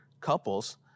couples